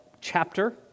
chapter